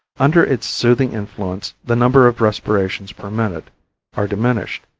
under its soothing influence the number of respirations per minute are diminished,